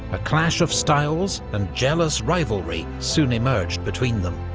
a clash of styles and jealous rivalry soon emerged between them.